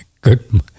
good